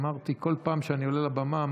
אמרתי בכל פעם שאני עולה לבמה,